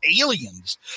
aliens